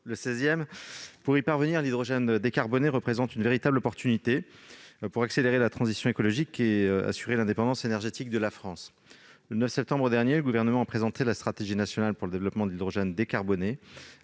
cette neutralité, l'hydrogène décarboné représente une véritable occasion d'accélérer la transition écologique tout en assurant l'indépendance énergétique de la France. Le 9 septembre dernier, le Gouvernement a présenté la stratégie nationale pour le développement de l'hydrogène décarboné.